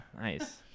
Nice